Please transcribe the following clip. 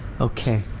Okay